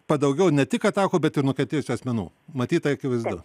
padaugėjo ne tik atakų bet ir nukentėjusių asmenų matyt tai akivaizdu